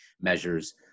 measures